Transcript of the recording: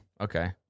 Okay